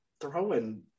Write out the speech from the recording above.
throwing